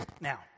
now